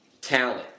talent